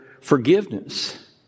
forgiveness